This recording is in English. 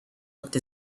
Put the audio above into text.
looked